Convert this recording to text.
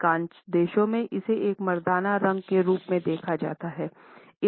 अधिकांश देशों में इसे एक मर्दाना रंग के रूप में देखा जाता है